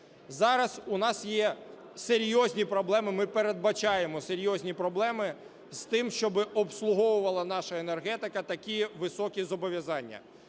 Зараз у нас є серйозні проблеми, ми передбачаємо серйозні проблеми з тим, щоб обслуговувала наша енергетика такі високі зобов'язання.